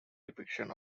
depiction